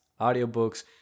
audiobooks